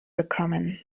bekommen